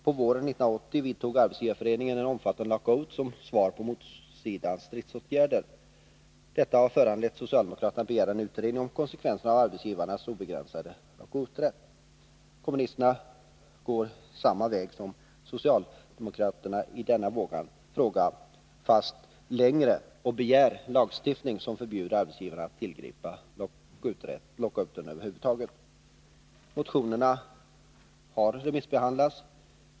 På våren 1980 vidtog Arbetsgivareföreningen en omfattande lockout som svar på motsidans stridsåtgärder. Detta har föranlett socialdemokraterna att begära en utredning om konsekvenserna av arbetsgivarnas obegränsade lockouträtt. Kommunisterna går i denna fråga samma väg som socialdemokraterna — fast längre — och begär lagstiftning som förbjuder arbetsgivarna att tillgripa lockout. Motionerna har remissbehandlats.